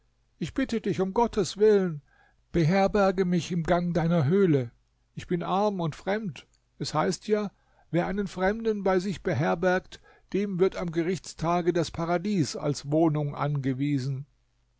ich bitte dich um gotteswillen beherberge mich im gang deiner höhle ich bin arm und fremd es heißt ja wer einen fremden bei sich beherbergt dem wird am gerichtstage das paradies als wohnung angewiesen